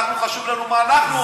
אנחנו, חשוב לנו מה אנחנו עושים.